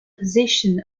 position